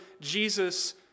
Jesus